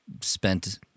spent